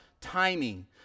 timing